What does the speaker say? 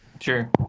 sure